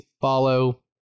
follow